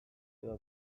edo